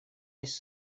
есть